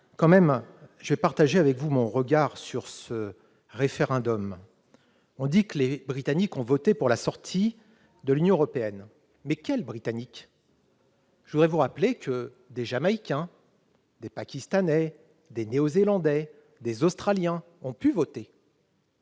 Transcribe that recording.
ici même de démocratie. J'ai un tout autre regard sur ce référendum. On dit que les Britanniques ont voté pour la sortie de l'Union européenne, mais de quels Britanniques s'agit-il ? Je vous rappelle que des Jamaïcains, des Pakistanais, des Néozélandais, des Australiens ont pu voter